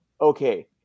okay